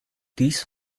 dies